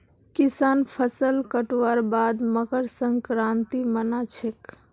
किसान फसल कटवार बाद मकर संक्रांति मना छेक